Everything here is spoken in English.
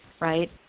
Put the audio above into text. right